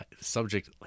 subject